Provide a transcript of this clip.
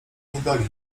niedoli